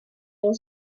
would